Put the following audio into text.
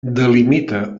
delimita